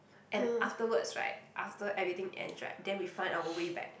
and afterwards right after everything ends right then we find our way back